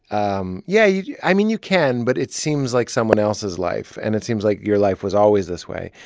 um yeah yeah. i mean, you can, but it seems like someone else's life, and it seems like your life was always this way.